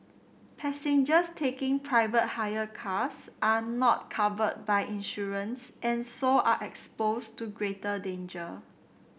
passengers taking private hire cars are not covered by insurance and so are exposed to greater danger